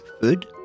food